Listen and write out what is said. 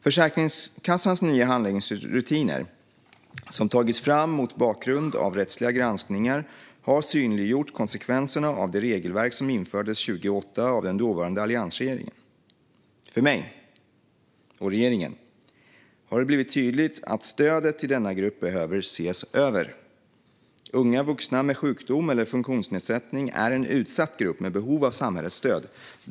Försäkringskassans nya handläggningsrutiner, som har tagits fram mot bakgrund av rättsliga granskningar, har synliggjort konsekvenserna av det regelverk som infördes 2008 av den dåvarande alliansregeringen. För mig och regeringen har det blivit tydligt att stödet till denna grupp behöver ses över. Unga vuxna med sjukdom eller funktionsnedsättning är en utsatt grupp med behov av samhällets stöd.